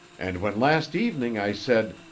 and when last evening i said,